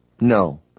No